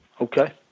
Okay